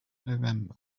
november